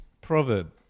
proverb